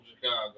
Chicago